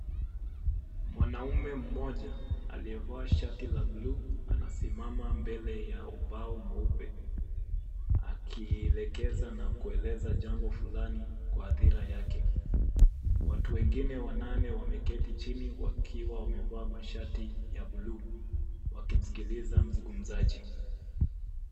Mwanaume mmoja aliyevaa shati la buluu anasimama mbele ya ubao mweupe, akielekeza na kueleza jambo fulani kwa hadhira yake. Watu wengine wanane wameketi chini wakiwa wamevaa mashati ya buluu wakimsikiliza mzungumzaji.